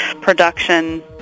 production